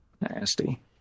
Nasty